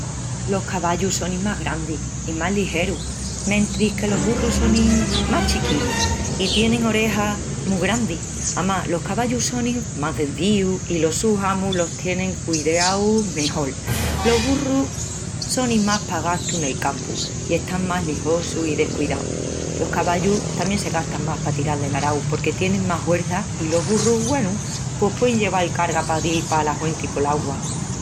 Los cavallus sonin más grandis i más ligerus mentris que los burrus sonin más chiquinus i tienin orejas mu grandis. Amás, los cavallus sonin más cencius i los sus amus los tienin cudiaus mejol. Los burrus sonin más pa gastu nel campu i están más lixosus i descudiaus. Los cavallus tamién se gastan más pa tiral del arau porque tienin más huerça i los burrus, güenu, pos puein lleval carga pa dil pala huenti pol'augua.